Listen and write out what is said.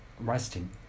resting